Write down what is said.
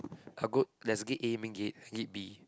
ah good there's gate A main gate and gate B